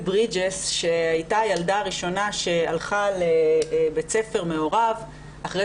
ברידג'ס שהייתה הילדה הראשונה שהלכה לבית ספר מעורב אחרי